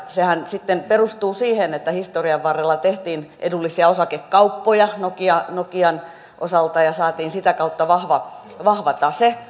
sehän sitten perustuu siihen että historian varrella tehtiin edullisia osakekauppoja nokian nokian osalta ja saatiin sitä kautta vahva vahva tase